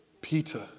Peter